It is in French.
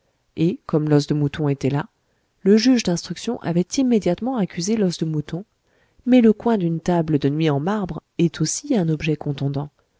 et comme l'os de mouton était là le juge d'instruction avait immédiatement accusé l'os de mouton mais le coin d'une table de nuit en marbre est aussi un objet contondant